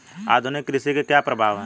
आधुनिक कृषि के क्या प्रभाव हैं?